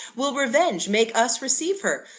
will revenge make us receive her?